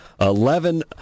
Eleven